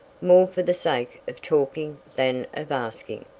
more for the sake of talking than of asking.